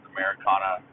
Americana